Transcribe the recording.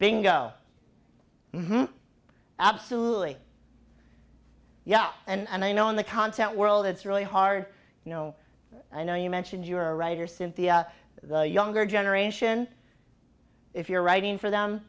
bingo absolutely yeah and i know in the content world it's really hard you know i know you mentioned you're a writer cynthia the younger generation if you're writing for them